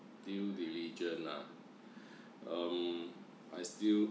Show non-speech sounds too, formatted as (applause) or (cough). due diligence (breath) um I still